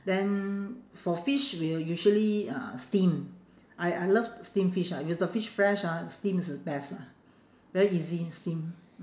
then for fish we will usually uh steam I I love steamed fish ah if the fish fresh ah steam is the best lah very easy steam